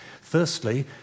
Firstly